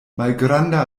malgranda